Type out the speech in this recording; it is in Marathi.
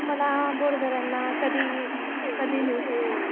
मला बोर धरणाला कधी कधी नेऊ शकता